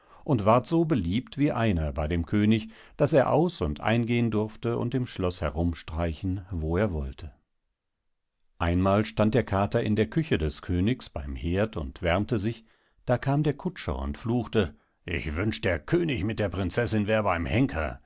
und ward so beliebt wie einer bei dem könig daß er aus und eingehen durfte und im schloß herumstreichen wo er wollte einmal stand der kater in der küche des königs beim heerd und wärmte sich da kam der kutscher und fluchte ich wünsch der könig mit der prinzessin wär beim henker